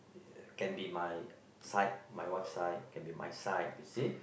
ya can be my side my wife side can be my side you see